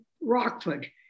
Rockford